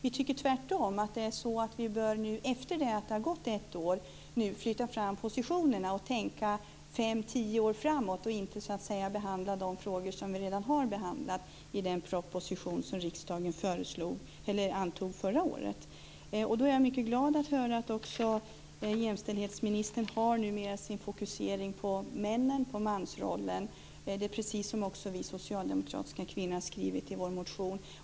Vi tycker tvärtom att vi nu, när det har gått ett år, borde flytta fram positionerna och tänka fem tio år framåt, och inte behandla de frågor som vi redan har behandlat i den proposition som riksdagen antog förra året. Jag är mycket glad att höra att också jämställdhetsministern numera har sin fokusering på männen och mansrollen. Det är precis som vi socialdemokratiska kvinnor har skrivit i vår motion.